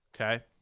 Okay